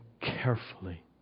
carefully